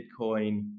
Bitcoin